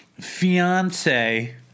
fiance